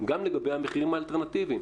גם לגבי המחיר האלטרנטיבי,